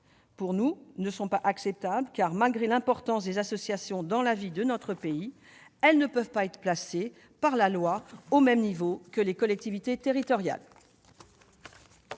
D'autres ne sont pas acceptables, selon nous, car, malgré l'importance des associations dans la vie de notre pays, elles ne sauraient être placées par la loi au même niveau que les collectivités territoriales.